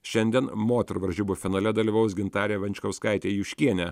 šiandien moterų varžybų finale dalyvaus gintarė venčkauskaitė juškienė